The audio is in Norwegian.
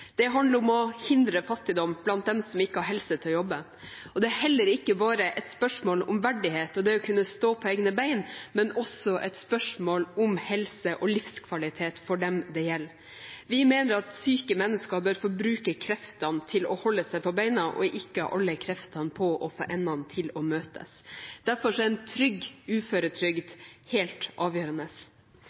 Det handler om å hindre fattigdom blant dem som ikke har helse til å jobbe. Det er heller ikke bare et spørsmål om verdighet og det å kunne stå på egne bein, men også et spørsmål om helse og livskvalitet for dem det gjelder. Vi mener at syke mennesker bør få bruke kreftene til å holde seg på beina og ikke alle kreftene på å få endene til å møtes. Derfor er en trygg uføretrygd helt avgjørende.